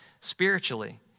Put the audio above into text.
spiritually